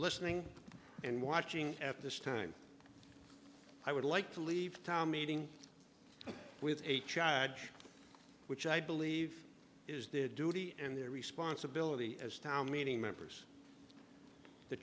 listening and watching at this time i would like to leave town meeting with a charge which i believe is their duty and their responsibility as town meeting members